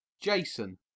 Jason